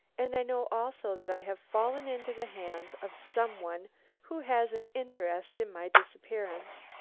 and i know also that i have fallen into the hands of some one who has an interest in my disappearance.